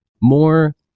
more